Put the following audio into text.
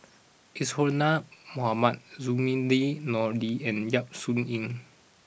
Isadhora Mohamed Zainudin Nordin and Yap Su Yin